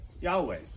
Yahweh